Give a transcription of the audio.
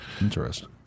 Interesting